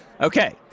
Okay